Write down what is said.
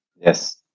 Yes